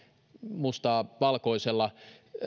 mustaa valkoisella